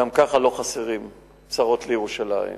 גם ככה לא חסרות צרות לירושלים.